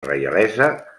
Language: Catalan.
reialesa